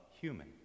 human